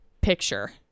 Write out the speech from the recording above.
picture